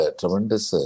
tremendous